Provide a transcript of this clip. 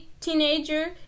teenager